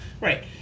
Right